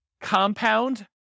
compound